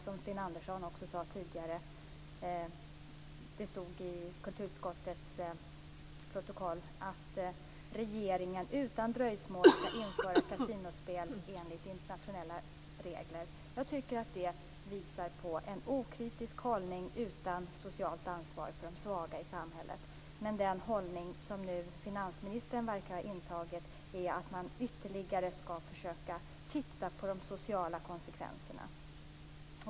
Sten Andersson sade tidigare att det stod i kulturutskottets protokoll att regeringen utan dröjsmål skall införa kasinospel enligt internationella regler. Det visar på en okritisk hållning utan socialt ansvar för de svaga i samhället. Den hållning finansministern verkar ha intagit är att man ytterligare skall försöka titta på de sociala konsekvenserna.